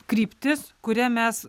kryptis kuria mes